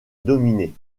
dominer